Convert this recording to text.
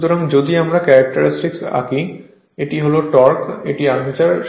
সুতরাং যদি আমরা ক্যারেক্টারিস্টিক আঁকি এটি হল টর্ক এটি আর্মেচার